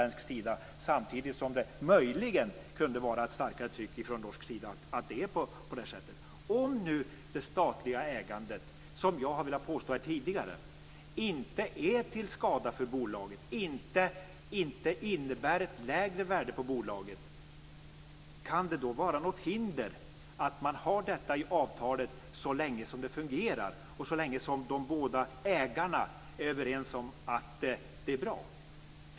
Samtidigt har det möjligen varit en starkare tryck från norsk sida att ha det på det här sättet. Om det statliga ägandet, som jag har velat påstå här tidigare, inte är till skada för bolaget och inte innebär ett lägre värde på bolaget, kan det då vara något hinder att detta finns med i avtalet så länge som det fungerar och så länge som de båda ägarna är överens om att det är bra?